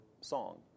song